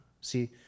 See